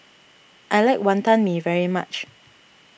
I like Wantan Mee very much